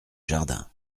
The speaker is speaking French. jardin